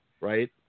Right